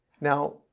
Now